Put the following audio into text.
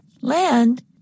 Land